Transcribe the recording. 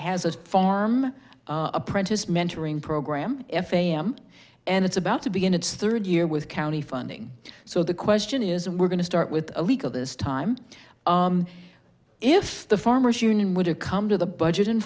has a farm apprentice mentoring program f e m and it's about to begin its third year with county funding so the question is and we're going to start with a legal this time if the farmers union would have come to the budget